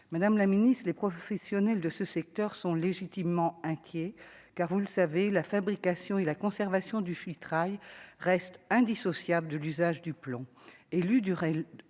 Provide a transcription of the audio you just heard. Madame la Ministre, les professionnels de ce secteur sont légitimement inquiets car vous le savez, la fabrication et la conservation du filtrage reste indissociable de l'usage du plomb,